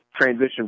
transition